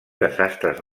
desastres